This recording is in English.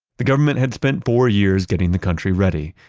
the government had spent four years getting the country ready.